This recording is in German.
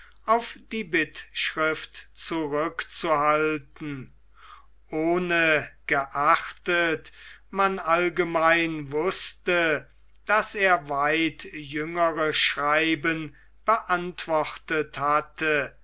auf die bittschrift znrückzuhalten ungeachtet man allgemein wußte daß er weit jüngere schreiben beantwortet hatte